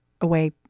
away